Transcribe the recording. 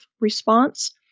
response